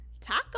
taco